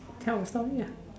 tell a story lah